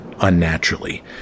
unnaturally